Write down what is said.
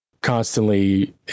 constantly